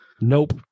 Nope